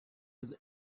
was